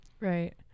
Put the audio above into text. right